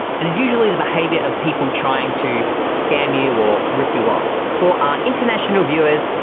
and it's usually the behavior of people trying to scam you or rip you off. for our international viewers,